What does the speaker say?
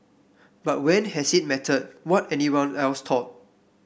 but when has it mattered what anyone else thought